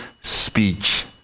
speech